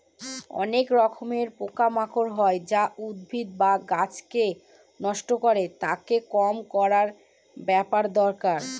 অনেক রকমের পোকা মাকড় হয় যা উদ্ভিদ বা গাছকে নষ্ট করে, তাকে কম করার ব্যাপার দরকার